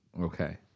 Okay